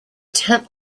tent